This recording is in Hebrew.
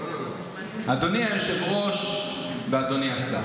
אדוני היושב-ראש ואדוני השר,